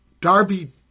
Darby